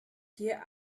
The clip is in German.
hier